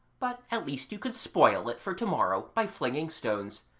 but at least you could spoil it for to-morrow by flinging stones,